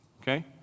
okay